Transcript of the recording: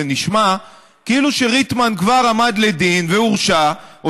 זה נשמע כאילו שריטמן כבר עמד לדין והורשע או